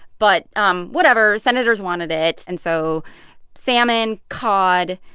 but um whatever. senators wanted it. and so salmon, cod,